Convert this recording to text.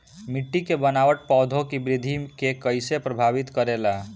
मिट्टी के बनावट पौधों की वृद्धि के कईसे प्रभावित करेला?